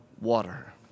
water